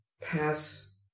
pass